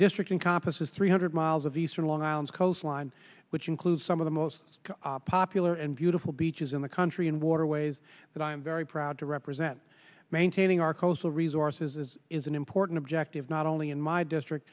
district in compas is three hundred miles of eastern long island coastline which includes some of the most popular and beautiful beaches in the country and waterways that i am very proud to represent maintaining our coastal resources is an important objective not only in my district